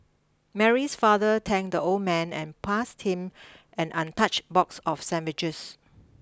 Mary's father thanked the old man and passed him an untouched box of sandwiches